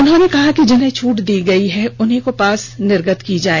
उन्होंने कहा कि जिन्हें छूट दी गयी है उन्हीं को पास निर्गत किया जाए